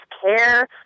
care